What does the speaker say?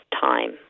time